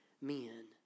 men